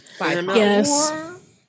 Yes